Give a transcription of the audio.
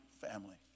family